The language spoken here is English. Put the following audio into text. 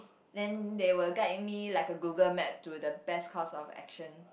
then they will guide me like a Google Map to the best course of action